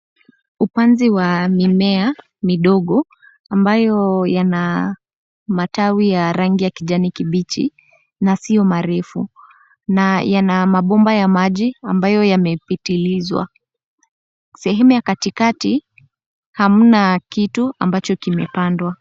Upanzi wa mimea midogo ambayo yana matawi ya rangi ya kijani kibichi na sio marefu na yana mabomba ya maji ambayo yamepitilizwa. Sehemu ya katikati hamna kitu ambacho kimepandwa.